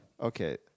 Okay